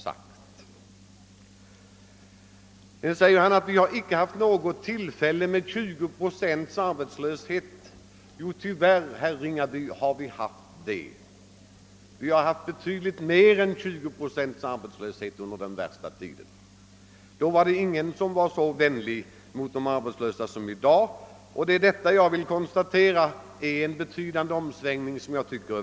Herr Ringaby säger vidare att vi inte vid något tillfälle haft 20 procents arbetslöshet. Men tyvärr har vi haft det, herr Ringaby — ja, vi hade betydligt mer än 20 procents arbetslöshet under den värsta tiden. Då var det ingen som var så vänlig mot de arbetslösa som i dag, och jag konstaterar alltså att det skett en betydande och glädjande omsvängning.